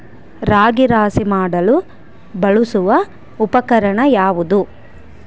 ರಾಗಿ ರಾಶಿ ಮಾಡಲು ಬಳಸುವ ಉಪಕರಣ ಯಾವುದು?